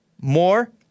More